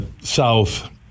south